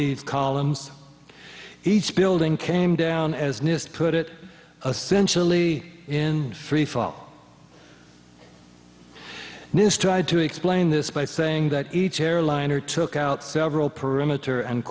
the columns each building came down as nist put it essential e in freefall nist tried to explain this by saying that each airliner took out several perimeter and